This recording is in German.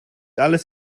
alles